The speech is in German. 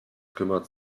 kümmert